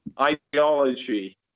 ideology